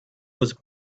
was